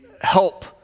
help